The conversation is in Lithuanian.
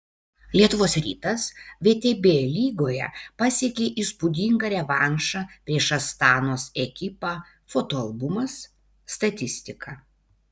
lietuvos rytas vtb lygoje pasiekė įspūdingą revanšą prieš astanos ekipą fotoalbumas statistika